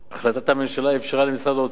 החלטת הממשלה אפשרה למשרד האוצר